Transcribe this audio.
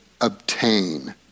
Obtain